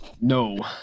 No